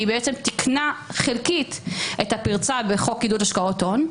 היא בעצם תיקנה חלקית את הפרצה בחוק עידוד השקעות הון.